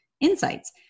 insights